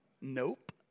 Nope